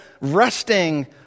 resting